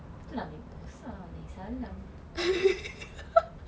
itu nama musa beri salam